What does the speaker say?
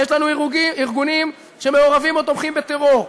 ויש לנו ארגונים שמעורבים או תומכים בטרור,